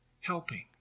helping